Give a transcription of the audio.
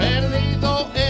perdido